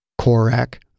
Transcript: Korak